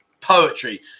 poetry